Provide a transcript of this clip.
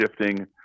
shifting